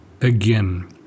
Again